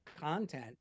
content